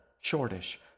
shortish